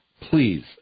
please